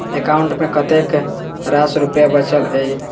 account मे कतेक रास रुपया बचल एई